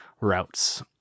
routes